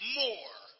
more